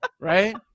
right